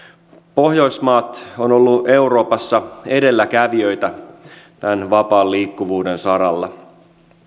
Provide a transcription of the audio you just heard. pohjoismaat ovat olleet euroopassa edelläkävijöitä tämän vapaan liikkuvuuden saralla